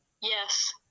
Yes